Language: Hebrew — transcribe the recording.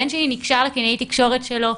הבן שלי נקשר לקלינאית תקשורת שלו,